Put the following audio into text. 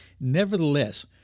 nevertheless